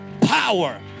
power